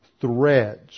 threads